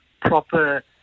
proper